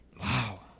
Wow